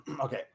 Okay